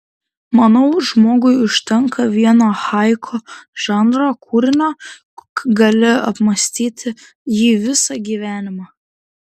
manau žmogui užtenka vieno haiku žanro kūrinio gali apmąstyti jį visą gyvenimą